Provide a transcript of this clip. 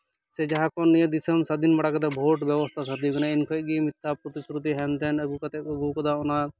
ᱥᱮ ᱡᱟᱦᱟᱸ ᱠᱷᱚᱱ ᱱᱤᱭᱟᱹ ᱫᱤᱥᱚᱢ ᱥᱟᱫᱷᱤᱱ ᱵᱟᱲᱟ ᱠᱮᱫᱟ ᱵᱷᱳᱴ ᱵᱮᱵᱚᱥᱛᱟ ᱥᱟᱨᱫᱤᱣ ᱠᱟᱱᱟ ᱩᱱ ᱠᱷᱚᱱ ᱜᱮ ᱢᱤᱛᱛᱷᱟ ᱯᱨᱚᱛᱤᱥᱨᱩᱛᱤ ᱦᱮᱱᱛᱮᱱ ᱟᱹᱜᱩ ᱠᱟᱛᱮᱫ ᱠᱚ ᱟᱹᱜᱩ ᱠᱟᱫᱟ ᱚᱱᱟ